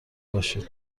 باشید